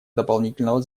дополнительного